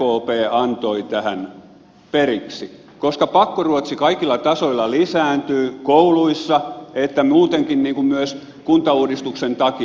mitä rkp antoi tähän periksi koska pakkoruotsi kaikilla tasoilla lisääntyy kouluissa muutenkin niin kuin myös kuntauudistuksen takia